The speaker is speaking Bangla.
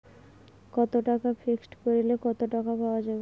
কত টাকা ফিক্সড করিলে কত টাকা পাওয়া যাবে?